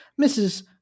Mrs